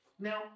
Now